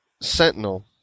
Sentinel